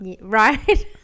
Right